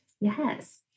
Yes